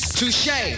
Touche